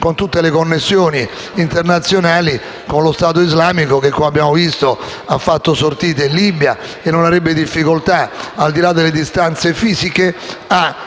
Con tutte le connessioni internazionali, lo Stato islamico - che, come abbiamo visto, ha fatto sortite in Libia - non avrebbe difficoltà, al di là delle distanze materiali,